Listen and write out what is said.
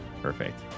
perfect